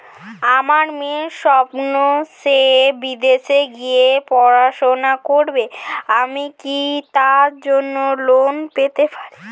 আমার মেয়ের স্বপ্ন সে বিদেশে গিয়ে পড়াশোনা করবে আমি কি তার জন্য লোন পেতে পারি?